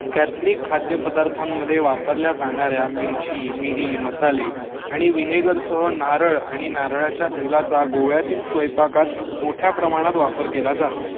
Catholic खाद्यपदार्थांमध्ये वापरल्या जाणाऱ्या मिरची मिरी मसाले आणि विनेगरसह नारळ आणि नारळाच्या तेलाचा गोव्यातील स्वयंपाकात मोठ्या प्रमाणात वापर केला जातो